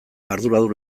arduradun